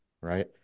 right